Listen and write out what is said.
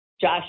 Josh